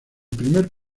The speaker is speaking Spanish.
primer